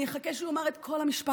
אני אחכה שהוא יאמר את כל המשפט,